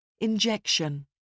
Injection